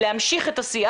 להמשיך את השיח.